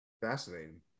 fascinating